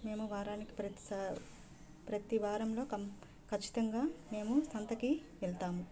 మేము వారానికి ప్రతిసా ప్రతి వారంలో కం ఖచ్చితంగా మేము సంతకి వెళ్తాము